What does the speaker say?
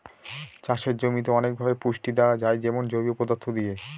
চাষের জমিতে অনেকভাবে পুষ্টি দেয়া যায় যেমন জৈব পদার্থ দিয়ে